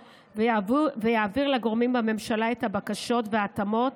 ויעביר לגורמים בממשלה את הבקשות וההתאמות